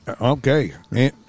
okay